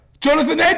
Jonathan